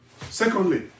Secondly